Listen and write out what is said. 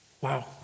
wow